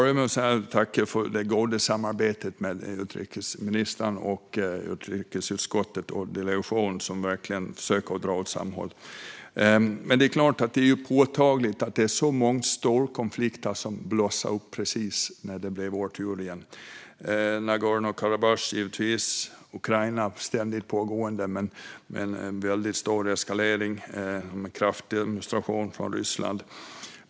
Jag vill tacka för det goda samarbetet mellan utrikesministern, utrikesutskottet och delegationen, som verkligen försöker dra åt samma håll. Men det är klart att det är påtagligt att det var så många stora konflikter som blossade upp precis när det blev vår tur igen - Nagorno-Karabach, givetvis. Ukraina, ständigt pågående men med en kraftig eskalering och kraftdemonstration från Ryssland.